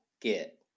get